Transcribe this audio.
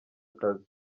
akazi